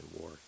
war